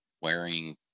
wearing